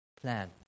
plan